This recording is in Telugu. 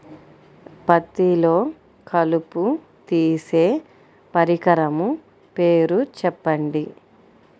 పత్తిలో కలుపు తీసే పరికరము పేరు చెప్పండి